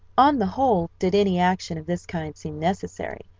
on the whole did any action of this kind seem necessary,